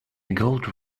gold